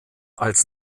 als